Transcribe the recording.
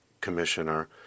Commissioner